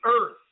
earth